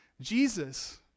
Jesus